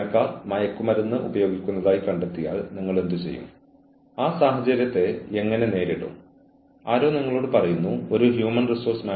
ജീവനക്കാർ അവരിൽ നിന്ന് പ്രതീക്ഷിക്കുന്നത് ചെയ്യുന്നില്ലെങ്കിൽ ജീവനക്കാർ വേണ്ടത്ര പ്രകടനം നടത്താത്തപ്പോൾ അച്ചടക്കത്തിന്റെ ആവശ്യകത ഉയർന്നുവരുന്നു